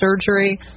surgery